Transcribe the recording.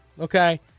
okay